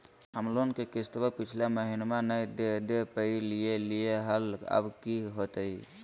हम लोन के किस्तवा पिछला महिनवा नई दे दे पई लिए लिए हल, अब की होतई?